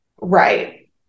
Right